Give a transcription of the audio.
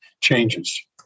changes